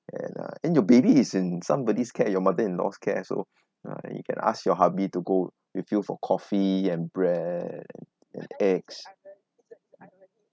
and uh and your baby is in somebody's care your mother-in-law's care so uh you can ask your hubby to go with you for coffee and bread and eggs